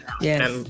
Yes